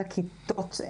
הן לכיתות,